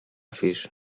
fisz